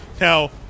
Now